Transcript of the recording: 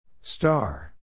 Star